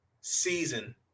Season